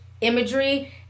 imagery